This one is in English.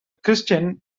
christian